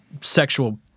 sexual